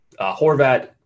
Horvat